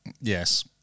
Yes